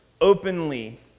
openly